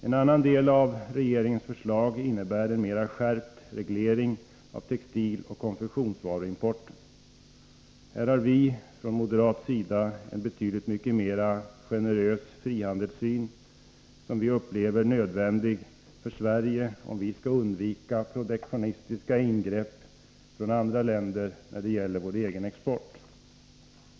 En annan del av regeringens förslag innebär en mera skärpt reglering av textiloch konfektionsvaruimporten. Här har vi från moderat sida en betydligt mer generös frihandelssyn, som vi upplever som nödvändig för Sverige om vi skall undvika protektionistiska ingrepp från andra länder när det gäller vår egen export.